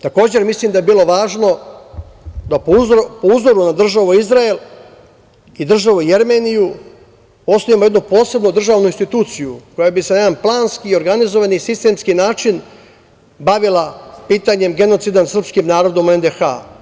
Takođe, mislim da je bilo važno da po uzoru na državu Izrael i državu Jermeniju osnujemo jednu posebnu državnu instituciju koja bi se na jedan planski, organizovani sistemski način bavila pitanjem genocida nad srpskim narodom u NDH.